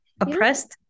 Oppressed